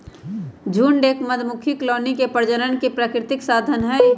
झुंड एक मधुमक्खी कॉलोनी के प्रजनन के प्राकृतिक साधन हई